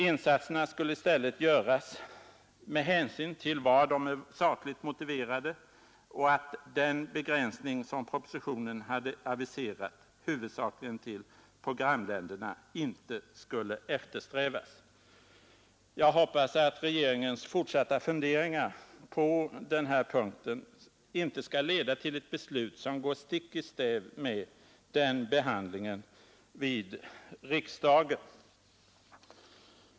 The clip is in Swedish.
Insatserna skulle i stället göras med hänsyn till var de var sakligt motiverade, och den begränsning huvudsakligen till programländerna som propositionen hade aviserat skulle inte eftersträvas. Jag hoppas att regeringens fortsatta funderingar på denna punkt inte skall leda till ett beslut som går stick i stäv mot den behandlingen i riksdagen.